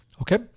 Okay